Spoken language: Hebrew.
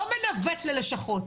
לא מנווט ללשכות,